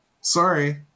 Sorry